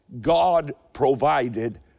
God-provided